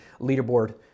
leaderboard